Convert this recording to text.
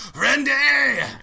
Randy